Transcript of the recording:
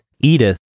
Edith